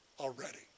already